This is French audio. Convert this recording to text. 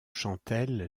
chantelle